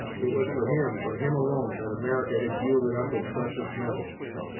it was for him, for him alone, that america had yielded up its precious metals.